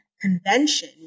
convention